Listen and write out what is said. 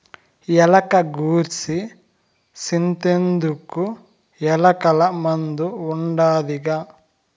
ఎలక గూర్సి సింతెందుకు, ఎలకల మందు ఉండాదిగా